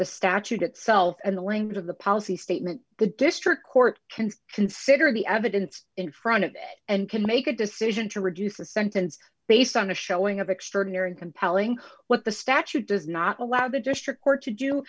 the statute itself and the language of the policy statement the district court can consider the evidence in front of it and can make a decision to reduce the sentence based on a showing of extraordinary and compelling what the statute does not allow the district court to do